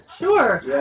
Sure